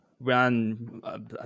Run